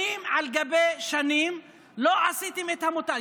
שנים על גבי שנים לא עשיתם את המוטל.